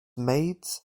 maids